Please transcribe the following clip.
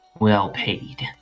well-paid